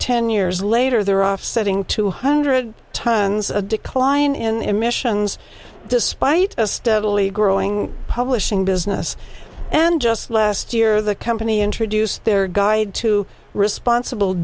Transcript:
ten years later they're offsetting two hundred tonnes a decline in emissions despite a steadily growing publishing business and just last year the company introduced their guide to responsible